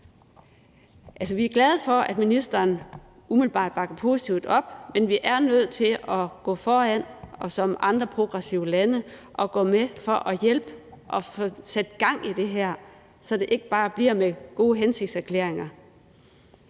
vi er glade for, at ministeren umiddelbart bakker positivt op om det, men vi er nødt til at gå foran og som andre progressive lande gå med for at hjælpe med at få sat gang i det her, så det ikke bare bliver ved gode hensigtserklæringer.